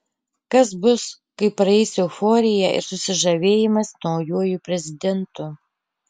kas bus kai praeis euforija ir susižavėjimas naujuoju prezidentu